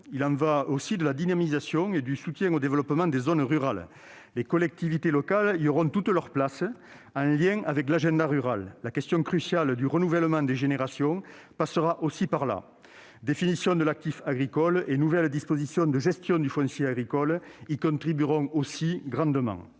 Il y va aussi de la dynamisation et du soutien au développement des zones rurales. Les collectivités locales y auront toute leur place, en lien avec l'agenda rural. La question cruciale du renouvellement des générations passera par là. La définition de l'actif agricole et des nouvelles dispositions de gestion du foncier agricole y contribuera également grandement.